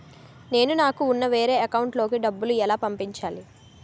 నేను నాకు ఉన్న వేరే అకౌంట్ లో కి డబ్బులు ఎలా పంపించాలి?